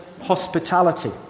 hospitality